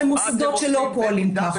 מוסדות שלא פועלים כך,